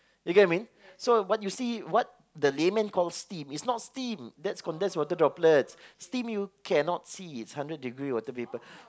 you get what I mean so what you see what they layman call steam is not steam that's condensed water droplets steam you cannot see it's hundred degree water vapour